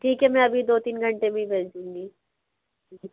ठीक है मैं अभी दो तीन घंटे में ही भेज दूँगी